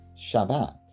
Shabbat